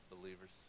believers